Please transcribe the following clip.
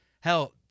Hell